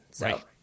right